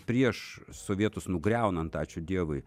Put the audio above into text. prieš sovietus nugriaunant ačiū dievui